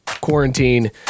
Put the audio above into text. quarantine